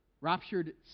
Raptured